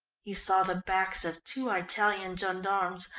he saw the backs of two italian gendarmes,